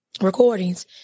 recordings